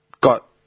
got